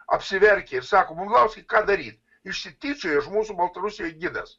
apsiverkė ir sako bumblauskai ką daryt išsityčiojo iš mūsų baltarusijoj gidas